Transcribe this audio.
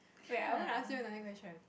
wait I want to ask you a naughty question